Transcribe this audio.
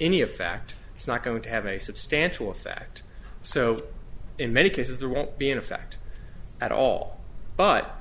any of fact it's not going to have a substantial effect so in many cases there won't be an effect at all but